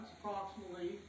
approximately